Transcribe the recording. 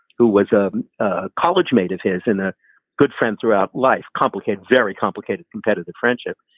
who was a college mate of his and a good friend throughout life, complicated, very complicated. competitive friendships,